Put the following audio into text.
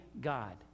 God